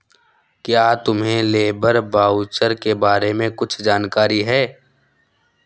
क्या तुम्हें labour voucher के बारे में कुछ जानकारी है?